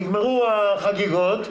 נגמרו החגיגות,